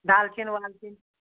دالچیٖن والچیٖن